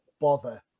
bother